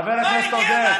חבר הכנסת עודד, בבקשה.